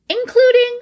including